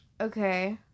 Okay